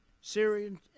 Syrian